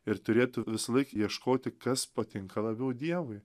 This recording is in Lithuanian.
ir turėtų visąlaik ieškoti kas patinka labiau dievui